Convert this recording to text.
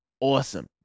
Awesome